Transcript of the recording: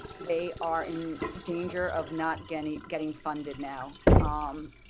they are in danger of not getting getting funded now um